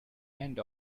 end